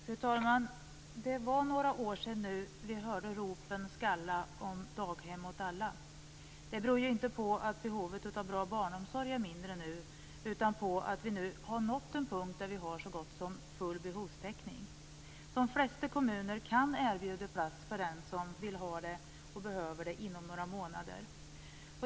Fru talman! Det är nu några år sedan vi hörde ropen skalla om daghem åt alla. Det beror inte på att behovet av bra barnomsorg är mindre, utan att vi nu har nått en punkt där vi har så gott som full behovstäckning. De flesta kommuner kan erbjuda plats för de som vill ha det och behöver det inom några månader.